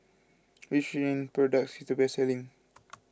which Rene product is the best selling